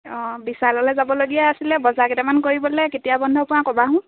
অঁ বিশাললৈ যাবলগীয়া আছিলে বজাৰ কেইটামান কৰিবলৈ কেতিয়া বন্ধ পোৱা ক'বাচোন